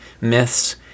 myths